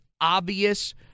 obvious